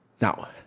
Now